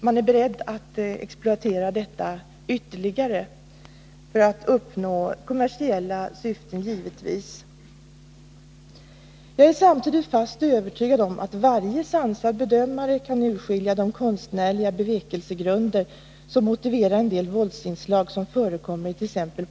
Man är beredd att exploatera detta ytterligare — givetvis för att uppnå kommersiella syften. Jag är samtidigt fast övertygad om att varje sansad bedömare kan urskilja de konstnärliga bevekelsegrunder som motiverar en del våldsinslag som förekommer it.ex.